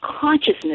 consciousness